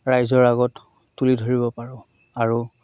ৰাইজৰ আগত তুলি ধৰিব পাৰোঁ আৰু